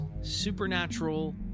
supernatural